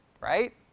right